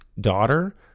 daughter